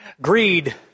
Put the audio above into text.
Greed